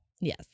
Yes